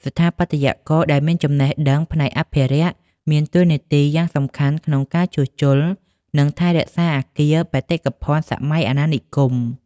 ស្ថាបត្យករដែលមានចំណេះដឹងផ្នែកអភិរក្ស មានតួនាទីយ៉ាងសំខាន់ក្នុងការជួសជុល និងថែរក្សាអគារបេតិកភណ្ឌសម័យអាណានិគម។